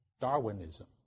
Darwinism